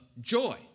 joy